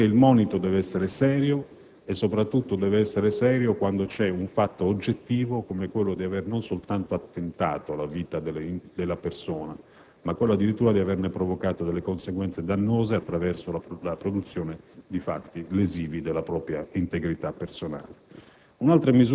Questo perché il monito deve essere serio, soprattutto quando si evidenzia un fatto oggettivo come quello non soltanto di avere attentato alla vita della persona, ma addirittura di averne provocato conseguenze dannose attraverso la produzione di fatti lesivi della propria integrità personale.